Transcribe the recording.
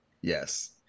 Yes